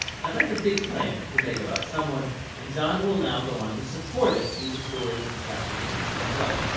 now that's a big claim to make about someone and john will now go on to support it through the stories in chapters two through twelve.